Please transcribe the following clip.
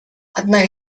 одна